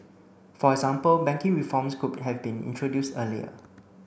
for example banking reforms could have been introduced earlier